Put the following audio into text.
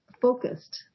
focused